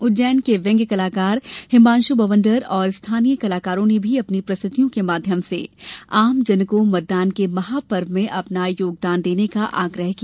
उज्जैन के व्यंग्य कलाकार हिमांश् बवंडर तथा स्थानीय कलाकारों ने भी अपनी प्रस्तुतियों के माध्यम से आमजन को मतदान के महापर्व में अपना योगदान देने का आग्रह किया